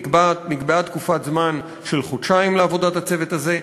נקבעה תקופת זמן של חודשיים לעבודת הצוות הזה.